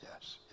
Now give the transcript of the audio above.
yes